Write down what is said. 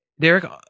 Derek